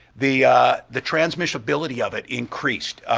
the the transmissibility of it increased,